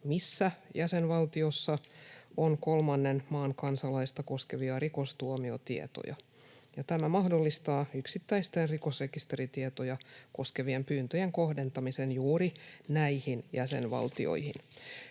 missä jäsenvaltioissa on kolmannen maan kansalaista koskevia rikostuomiotietoja, ja tämä mahdollistaa yksittäisten rikosrekisteritietoja koskevien pyyntöjen kohdentamisen juuri näihin jäsenvaltioihin.